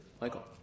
Michael